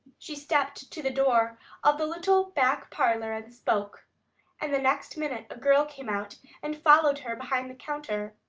she stepped to the door of the little back parlor and spoke and the next minute a girl came out and followed her behind the counter.